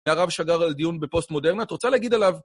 הרב שגר על דיון בפוסט מודרנה, את רוצה להגיד עליו?